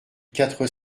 quatre